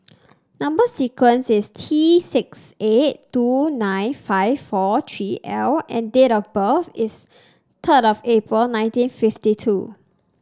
number sequence is T six eight two nine five four three L and date of birth is third of April nineteen fifty two